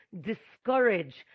discourage